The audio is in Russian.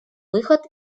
выход